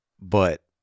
But-